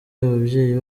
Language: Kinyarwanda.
ababyeyi